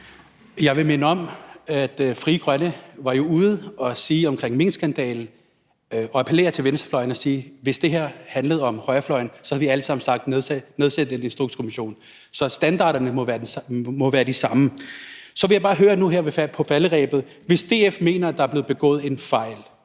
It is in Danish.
Jeg vil minde om, at Frie Grønne jo om minkskandalen var ude at appellere til venstrefløjen og sige, at hvis det her handlede om højrefløjen, så havde vi alle sammen sagt: Nedsæt en instrukskommission! Så standarderne må være de samme. Så vil jeg bare høre en ting nu her på falderebet. Hvis DF mener, at der er blevet begået en fejl